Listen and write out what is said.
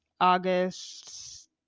august